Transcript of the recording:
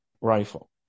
rifle